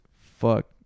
Fuck